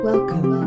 Welcome